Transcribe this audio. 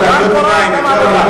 אבל לא האנגלית היא המאחדת.